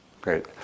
Great